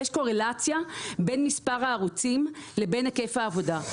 יש קורלציה בין מספר הערוצים לבין היקף העבודה.